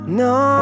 no